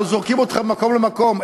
הלוא זורקים אותך ממקום למקום,